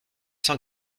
cent